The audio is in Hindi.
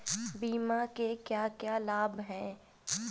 बीमा के क्या क्या लाभ हैं?